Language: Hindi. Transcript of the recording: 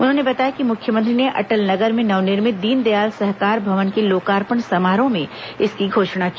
उन्होंने बताया कि मुख्यमंत्री ने अटल नगर में नवनिर्मित दीनदयाल सहकार भवन के लोकार्पण समारोह में इसकी घोषणा की